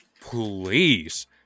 please